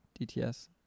DTS